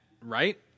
right